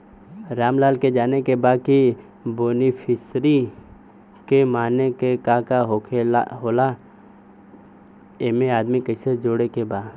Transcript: रामलाल के जाने के बा की बेनिफिसरी के माने का का होए ला एमे आदमी कैसे जोड़े के बा?